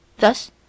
Thus